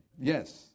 Yes